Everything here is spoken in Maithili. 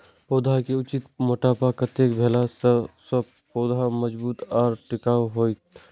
पौधा के उचित मोटापा कतेक भेला सौं पौधा मजबूत आर टिकाऊ हाएत?